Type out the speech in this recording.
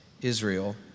Israel